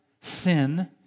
sin